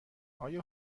آیا